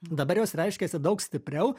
dabar jos reiškiasi daug stipriau